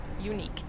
Unique